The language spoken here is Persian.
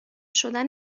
شدن